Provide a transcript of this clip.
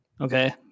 okay